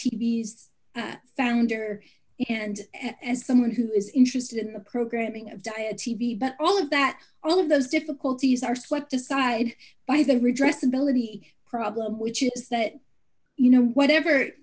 dieties founder and as someone who is interested in the programming of diet t v but all of that all of those difficulties are swept aside by the redress ability problem which is that you know whatever